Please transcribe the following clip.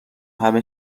همه